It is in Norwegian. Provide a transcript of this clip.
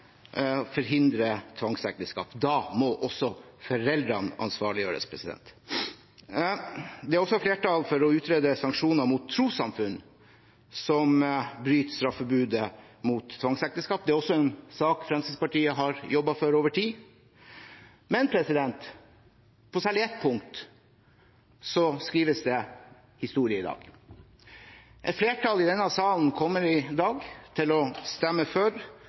forhindre tvangsekteskap. Da må også foreldrene ansvarliggjøres. Det er også flertall for å utrede sanksjoner mot trossamfunn som bryter straffebudet mot tvangsekteskap. Det er også en sak Fremskrittspartiet har jobbet for over tid. Særlig på ett punkt skrives det historie i dag. Et flertall i denne salen kommer i dag til å stemme for